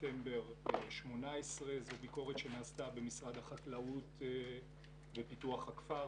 לספטמבר 2018. זו ביקורת שנעשתה במשרד החקלאות ופיתוח הכפר,